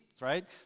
right